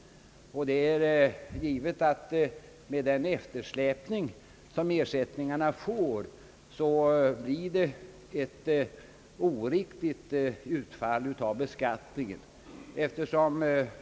Det är givet att eftersläpningen av ersättningarna medför ett oriktigt utfall av beskattningen.